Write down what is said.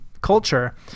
culture